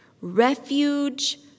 Refuge